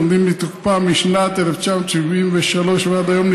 העומדים בתוקפם משנת 1973 ועד היום,